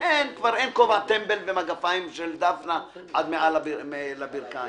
אין כבר כובע טמבל ומגפיים של דפנה עד מעל הברכיים.